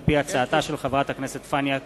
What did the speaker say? על-פי הצעתה של חברת הכנסת פניה קירשנבאום.